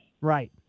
Right